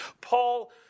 Paul